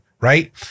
Right